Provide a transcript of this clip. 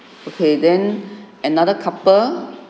okay then another couple